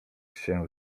się